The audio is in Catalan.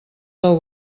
del